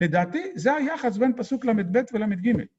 לדעתי זה היחס בין פסוק לב ולג.